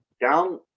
down